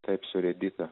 taip surėdyta